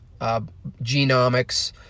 genomics